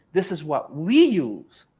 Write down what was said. this is what we use,